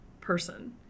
person